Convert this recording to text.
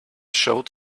showed